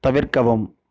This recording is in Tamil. தவிர்க்கவும்